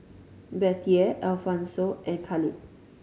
Bettye Alphonso and Khalid